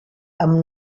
amb